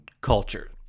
culture